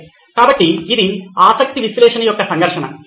సరే కాబట్టి ఇది ఆసక్తి విశ్లేషణ యొక్క సంఘర్షణ